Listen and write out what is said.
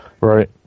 Right